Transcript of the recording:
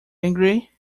angry